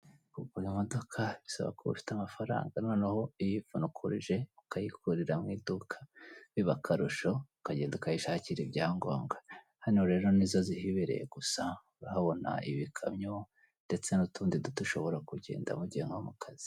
Kugura imodoka bisaba ko ufite amafaranga noneho iyo uyifunukurije ukayikorera mu iduka biba akarusho ukagenda ukayishakira ibyangombwa, hano rero nizo zihebereye gusa urahabona ibikamyo ndetse n'utundi duto ushobora kugendamo ugiye nko mu kazi.